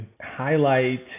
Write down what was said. highlight